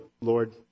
Lord